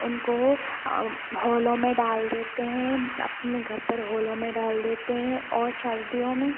उनको हॉलों में डाल देते हैं अपने घर पर हॉलों में डाल देते हैं और सर्दियों में